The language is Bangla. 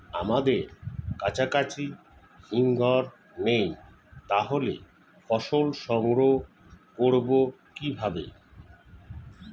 আমাদের কাছাকাছি হিমঘর নেই তাহলে ফসল সংগ্রহ করবো কিভাবে?